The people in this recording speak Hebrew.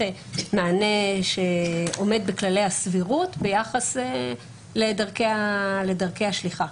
מענה שעומד בכללי הסבירות ביחס לדרכי השליחה.